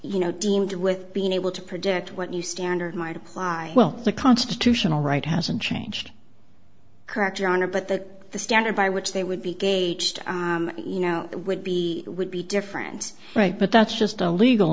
you know deemed with being able to predict what new standard might apply well the constitutional right hasn't changed correct your honor but that the standard by which they would be gauged you know would be would be different right but that's just a legal